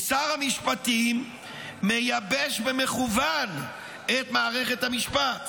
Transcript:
כי שר המשפטים מייבש במכוון את מערכת המשפט,